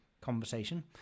conversation